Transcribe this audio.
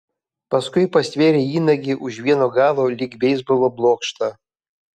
paskui pastvėrė įnagį už vieno galo lyg beisbolo blokštą